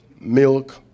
Milk